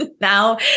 now